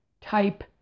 type